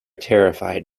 terrified